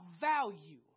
value